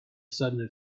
sudden